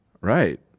Right